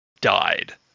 died